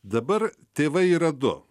dabar tėvai yra du